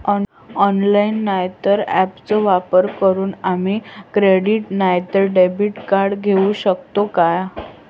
Online नाय तर ऍपचो वापर करून आम्ही क्रेडिट नाय तर डेबिट कार्ड घेऊ शकतो का?